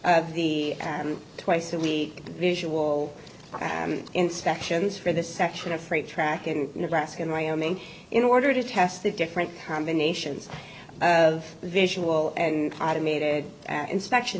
of the twice a week visual inspections for the section of freight track in nebraska in wyoming in order to test the different combinations of visual and automated inspection